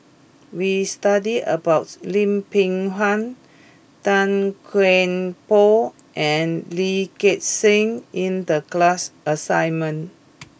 we studied about Lim Peng Han Tan Kian Por and Lee Gek Seng in the class assignment